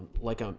like a